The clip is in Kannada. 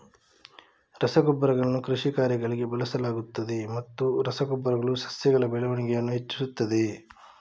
ರಸಗೊಬ್ಬರಗಳನ್ನು ಕೃಷಿ ಕಾರ್ಯಗಳಿಗೆ ಬಳಸಲಾಗುತ್ತದೆಯೇ ಮತ್ತು ರಸ ಗೊಬ್ಬರಗಳು ಸಸ್ಯಗಳ ಬೆಳವಣಿಗೆಯನ್ನು ಹೆಚ್ಚಿಸುತ್ತದೆಯೇ?